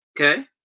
Okay